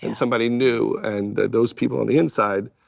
and somebody knew, and those people on the inside,